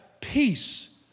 peace